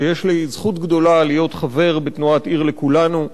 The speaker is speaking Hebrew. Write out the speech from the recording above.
שיש לי זכות גדולה להיות חבר בתנועת "עיר לכולנו",